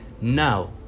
now